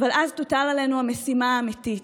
אבל אז תוטל עלינו המשימה האמיתית,